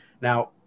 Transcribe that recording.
Now